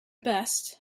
best